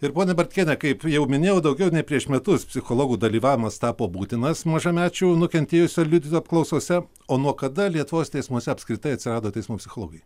ir ponia bartkiene kaip jau minėjau daugiau nei prieš metus psichologų dalyvavimas tapo būtinas mažamečių nukentėjusių ar liudytojų apklausose o nuo kada lietuvos teismuose apskritai atsirado teismų psichologai